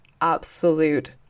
absolute